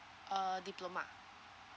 uh diploma